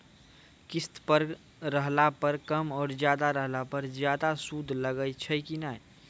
किस्त कम रहला पर कम और ज्यादा रहला पर ज्यादा सूद लागै छै कि नैय?